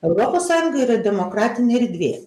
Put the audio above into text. europos sąjunga yra demokratinė erdvė